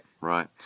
right